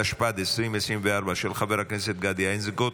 התשפ"ד 2024, של חבר הכנסת גדי איזנקוט,